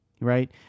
right